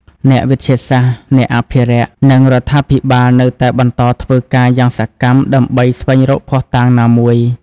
អ្នកវិទ្យាសាស្ត្រ អ្នកអភិរក្ស និងរដ្ឋាភិបាលនៅតែបន្តធ្វើការយ៉ាងសកម្មដើម្បីស្វែងរកភស្តុតាងណាមួយ។